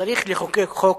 צריך לחוקק חוק